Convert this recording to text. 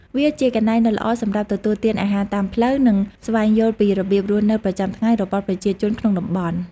វាជាកន្លែងដ៏ល្អសម្រាប់ទទួលទានអាហារតាមផ្លូវ និងស្វែងយល់ពីរបៀបរស់នៅប្រចាំថ្ងៃរបស់ប្រជាជនក្នុងតំបន់។